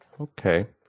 Okay